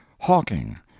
hawking